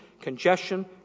congestion